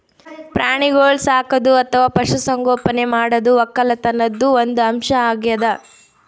ಪ್ರಾಣಿಗೋಳ್ ಸಾಕದು ಅಥವಾ ಪಶು ಸಂಗೋಪನೆ ಮಾಡದು ವಕ್ಕಲತನ್ದು ಒಂದ್ ಅಂಶ್ ಅಗ್ಯಾದ್